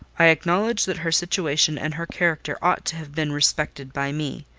i acknowledge that her situation and her character ought to have been respected by me.